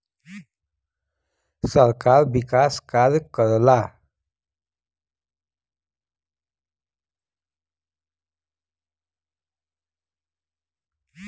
सरकार विकास कार्य करला